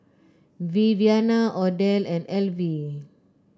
Viviana Odell and Elvie